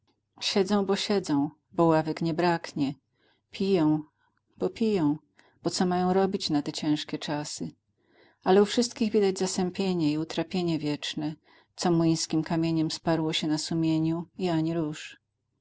siedzą bo siedzą bo ławek nie braknie piją bo piją bo co mają robić na te ciężkie czasy ale u wszystkich widać zasępienie i utrapienie wieczne co młyńskim kamieniem sparło się na sumieniu i ani rusz